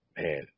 man